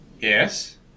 Yes